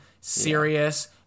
serious